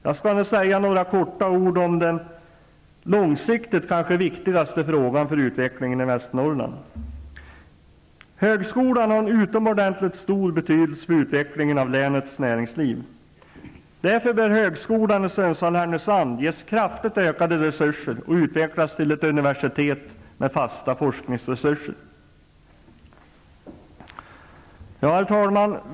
Jag skall nu säga några ord om den långsiktigt kanske viktigaste frågan för utvecklingen i Västernorrland. Högskolan har en utomordentligt stor betydelse för utvecklingen av länets näringsliv. Därför bör högskolan i Sundsvall/Härnösand ges kraftigt ökade resurser och utvecklas till ett universitet med fasta forskningsresurser. Herr talman!